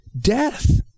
Death